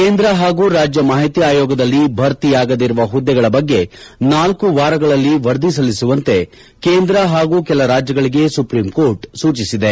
ಕೇಂದ್ರ ಹಾಗೂ ರಾಜ್ಯ ಮಾಹಿತಿ ಅಯೋಗದಲ್ಲಿ ಭರ್ತಿಯಾಗದಿರುವ ಹುದ್ದೆಗಳ ಬಗ್ಗೆ ನಾಲ್ಕು ವಾರಗಳಲ್ಲಿ ವರದಿ ಸಲ್ಲಿಸುವಂತೆ ಕೇಂದ್ರ ಹಾಗೂ ಕೆಲ ರಾಜ್ಯಗಳಿಗೆ ಸುಪ್ರೀಂಕೋರ್ಟ್ ಸೂಚಿಸಿದೆ